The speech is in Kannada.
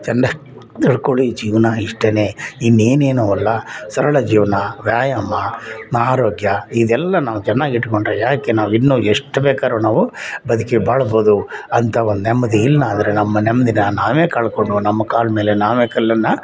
ಚೆಂದಾಗಿ ತಿಳ್ಕೊಳ್ಳಿ ಜೀವನ ಇಷ್ಟೇ ಇನ್ನು ಏನ್ನೇನೂ ಅಲ್ಲ ಸರಳ ಜೀವನ ವ್ಯಾಯಾಮ ಆರೋಗ್ಯ ಇದೆಲ್ಲ ನಾವು ಚೆನ್ನಾಗಿ ಇಟ್ಕೊಂಡ್ರೆ ಏಕೆ ನಾವು ಇನ್ನೂ ಎಷ್ಟು ಬೇಕಾದ್ರೂ ನಾವು ಬದುಕಿ ಬಾಳ್ಬೋದು ಅಂತ ಒಂದು ನೆಮ್ಮದಿ ಇಲ್ಲ ಅಂದರೆ ನಮ್ಮ ನೆಮ್ಮದಿನ ನಾವೇ ಕಳ್ಕೊಂಡು ನಮ್ಮ ಕಾಲ ಮೇಲೆ ನಾವೇ ಕಲ್ಲನ್ನು